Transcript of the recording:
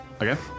Okay